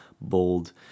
bold